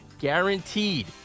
guaranteed